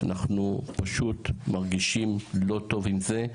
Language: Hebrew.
אנחנו פשוט לא מרגישים טוב עם זה,